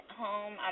home